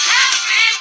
Happy